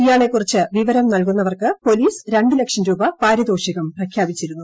ഇയാളെക്കുറിച്ച് വിവരം നൽകുന്നവർക്ക് പോലീസ് രണ്ട് ലക്ഷം രൂപ പാരിതോഷികം പ്രഖ്യാപിച്ചിരുന്നു